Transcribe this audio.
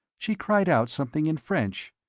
she cried out something in french.